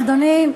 אדוני,